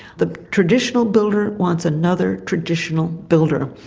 the traditional builder wants another traditional builder.